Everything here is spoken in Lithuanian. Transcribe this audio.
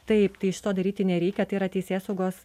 taip tai šito daryti nereikia tai yra teisėsaugos